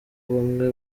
bamwe